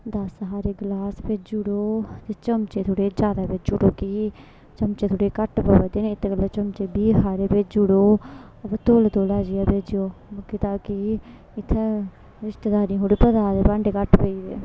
दस हारे ग्लास भेजी उड़ो ते चमचे थोह्ड़े ज्यादा भेजी उड़ो कि चमचे थ्होड़े घट्ट पवै दे इत्त गल्ला चमचे बीह् हारे भेज़ी उड़ो तौले तौले अज्ज गै भेजेओ मतलब ताकि इत्थें रिश्तेदारें गी थोह्ड़ा पता आए दे भांडे घट्ट पेई गेदे